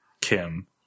Kim